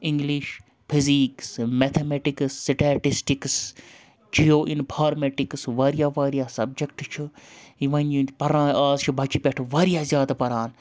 English physics mathematics statistics geoinformatics واریاہ واریاہ subject چھِ یِن یِنٛدۍ پَران آز چھِ بَچہِ پٮ۪ٹھ واریاہ زیادٕ پَران